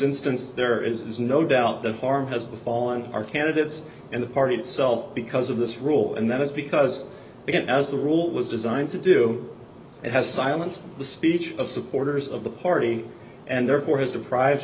instance there is no doubt that harm has befall on our candidates and the party itself because of this rule and that is because we can't as the rule was designed to do it has silenced the speech of supporters of the party and therefore has deprived